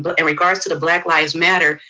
but and regards to the black lives matter,